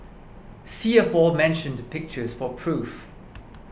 see aforementioned pictures for proof